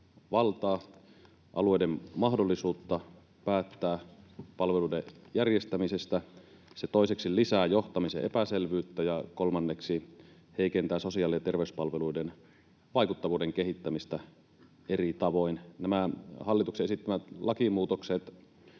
valtaa eli alueiden mahdollisuutta päättää palveluiden järjestämisestä, toiseksi lisää johtamisen epäselvyyttä ja kolmanneksi heikentää sosiaali- ja terveyspalveluiden vaikuttavuuden kehittämistä eri tavoin. Tällaisina nämä hallituksen esittämät lakimuutokset